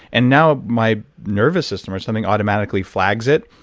and now my nervous system or something automatically flags it.